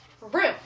room